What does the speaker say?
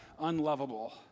unlovable